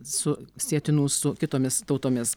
su sietinų su kitomis tautomis